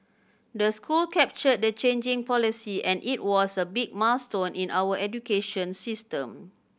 the school captured the changing policy and it was a big milestone in our education system